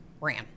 ran